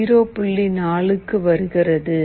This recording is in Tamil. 4 க்கு வருகிறது